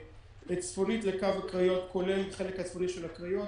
שצפונית לקו הקריות כולל החלק הצפוני של הקריות,